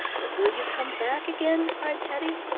but will you come back again? cried teddy.